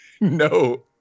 No